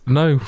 no